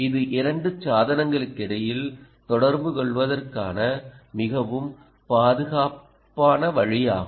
இது இரண்டு சாதனங்களுக்கிடையில் தொடர்புகொள்வதற்கான மிகவும் பாதுகாப்பான வழியாகும்